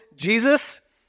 Jesus